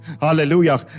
hallelujah